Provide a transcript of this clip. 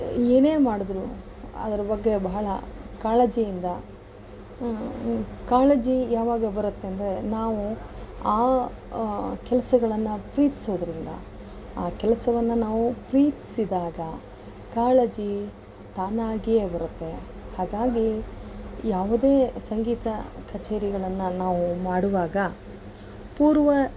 ಏನೇ ಮಾಡಿದರೂ ಅದರ ಬಗ್ಗೆ ಬಹಳ ಕಾಳಜಿಯಿಂದ ಕಾಳಜಿ ಯಾವಾಗ ಬರುತ್ತೆ ಅಂದರೆ ನಾವು ಆ ಕೆಲಸಗಳನ್ನು ಪ್ರೀತಿಸೋದ್ರಿಂದ ಆ ಕೆಲಸವನ್ನು ನಾವು ಪ್ರೀತಿಸಿದಾಗ ಕಾಳಜಿ ತಾನಾಗಿಯೇ ಬರುತ್ತೆ ಅದಾಗೆ ಯಾವುದೇ ಸಂಗೀತ ಕಚೇರಿಗಳನ್ನು ನಾವು ಮಾಡುವಾಗ ಪೂರ್ವ